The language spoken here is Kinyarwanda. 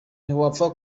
ntiwapfa